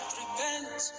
repent